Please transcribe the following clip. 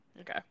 Okay